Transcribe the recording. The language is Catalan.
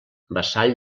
vassall